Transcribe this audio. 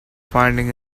finding